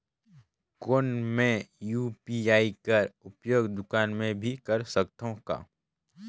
कौन मै यू.पी.आई कर उपयोग दुकान मे भी कर सकथव का?